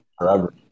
forever